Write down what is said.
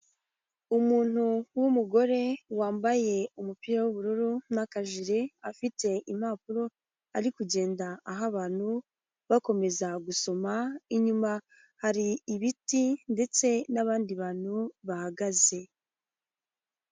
Umuntu w'umugore wambaye umupira w'ubururu n'akajire, afite impapuro ari kugenda aha abantu bakomeza gusoma, inyuma hari ibiti ndetse n'abandi bantu bahagaze.